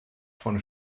von